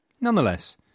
Nonetheless